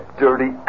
dirty